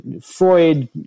Freud